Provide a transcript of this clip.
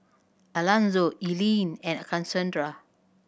Alanzo Eileen and Casandra